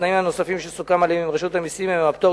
התנאים הנוספים שסוכם עליהם עם רשות המסים הם: הפטור